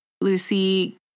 Lucy